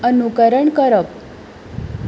अनुकरण करप